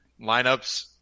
lineups